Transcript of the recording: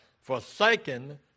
forsaken